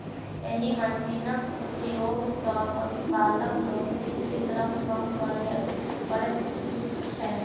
एहि मशीनक उपयोग सॅ पशुपालक लोकनि के श्रम कम करय पड़ैत छैन